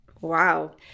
Wow